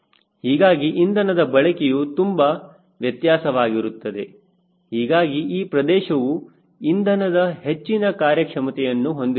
ಹೀಗಾಗಿ ಇಂಧನದ ಬಳಕೆಯು ತುಂಬಾ ವ್ಯತ್ಯಾಸವಾಗಿರುತ್ತದೆ ಹೀಗಾಗಿ ಈ ಪ್ರದೇಶವು ಇಂಧನದ ಹೆಚ್ಚಿನ ಕಾರ್ಯಕ್ಷಮತೆಯನ್ನು ಹೊಂದಿರುವುದಿಲ್ಲ